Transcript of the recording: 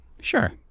Sure